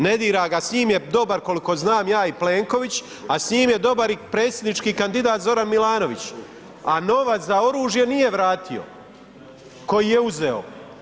Ne dira ga s njim je dobar koliko znam ja i Plenković, a s njim je dobar i predsjednički kandidat Zoran Milanović, a novac za oružje nije vratio, koji je uzeo.